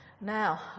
Now